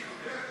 הבא,